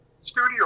studio